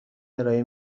ارائه